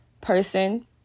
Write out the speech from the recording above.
person